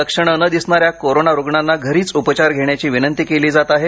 लक्षण न दिसणाऱ्या कोरोना रुग्णांना घरीच उपचार घेण्याची विनंती केली जात आहे